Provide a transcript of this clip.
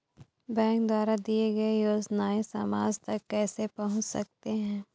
Bank द्वारा दिए गए योजनाएँ समाज तक कैसे पहुँच सकते हैं?